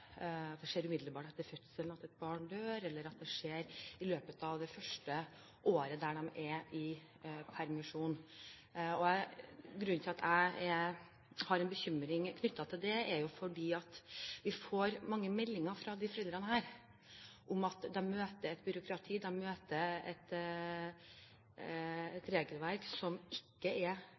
etter fødselen, eller det skjer i løpet av det første året når foreldrene er i permisjon. Grunnen til at jeg har en bekymring knyttet til dette, er at vi får mange meldinger fra disse foreldrene om at de møter et byråkrati og et regelverk som ikke er